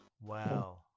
Wow